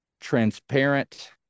transparent